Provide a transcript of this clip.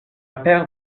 paire